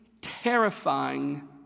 terrifying